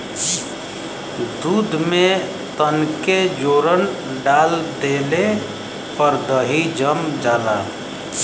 दूध में तनके जोरन डाल देले पर दही जम जाला